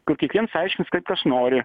kur kiekviens aiškins kaip kas nori